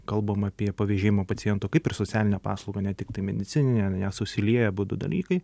kalbam apie pavėžėjimą paciento kaip ir socialinę paslaugą ne tiktai medicininę ane susilieja abudu dalykai